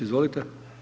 Izvolite.